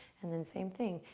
and then same thing.